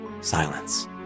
Silence